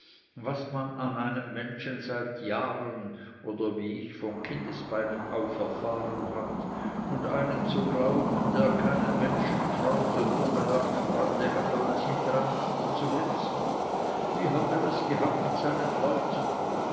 was man an einem menschen seit jahren oder wie ich von kindesbeinen auf erfahren hat und einem zu glauben der keinem menschen traut und nur daran freude hat alles hintereinander zu hetzen wie hat er es gehabt mit seinen leuten